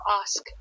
ask